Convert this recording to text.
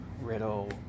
Riddle